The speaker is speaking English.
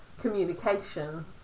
communication